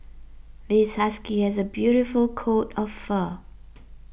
this husky has a beautiful coat of fur